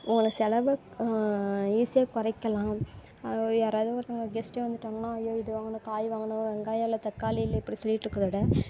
உங்கள் செலவை ஈஸியாக குறைக்கலாம் யாராவது ஒருத்தங்க கெஸ்ட் வந்துட்டாங்கனா அய்யோ இது வாங்கணும் காய் வாங்கணும் வெங்காயம் இல்லை தக்காளி இல்லை இப்படி சொல்லிட்டு இருக்கிறதவிட